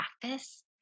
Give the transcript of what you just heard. practice